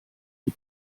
die